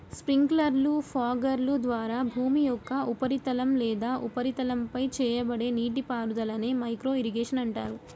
స్ప్రింక్లర్లు, ఫాగర్ల ద్వారా భూమి యొక్క ఉపరితలం లేదా ఉపరితలంపై చేయబడే నీటిపారుదలనే మైక్రో ఇరిగేషన్ అంటారు